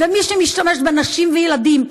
ומי שמשתמש בנשים וילדים,